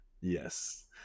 Yes